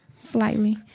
Slightly